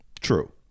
True